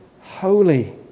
holy